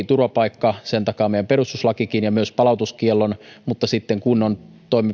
turvapaikka sen takaa meidän perustuslakikin ja myös palautuskiellon mutta sitten kun on